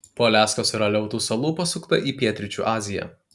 po aliaskos ir aleutų salų pasukta į pietryčių aziją